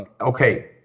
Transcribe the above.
Okay